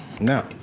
no